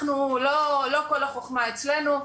אנחנו לא כל החוכמה אצלנו,